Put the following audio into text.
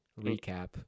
recap